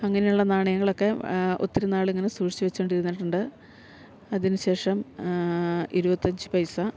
അങ്ങനെയുള്ള നാണയങ്ങളൊക്കെ ഒത്തിരി നാളിങ്ങനെ സൂക്ഷിച്ചു വെച്ചു കൊണ്ടിരുന്നിട്ടുണ്ട് അതിനു ശേഷം ഇരുപത്തഞ്ച് പൈസ